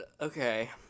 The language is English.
Okay